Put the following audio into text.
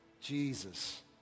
Jesus